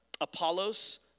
Apollos